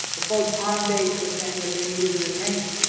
the folks on base were saying that they needed to retain it.